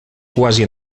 quasi